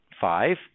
Five